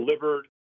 delivered